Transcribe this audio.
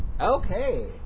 okay